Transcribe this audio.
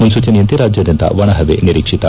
ಮುನ್ನೂಚನೆಯಂತೆ ರಾಜ್ಯಾದ್ಯಂತ ಒಣ ಹವೆ ನಿರೀಕ್ಷಿತ